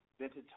Vintage